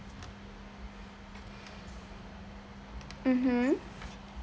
mmhmm